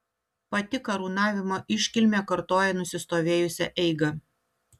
pati karūnavimo iškilmė kartoja nusistovėjusią eigą